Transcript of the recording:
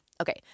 Okay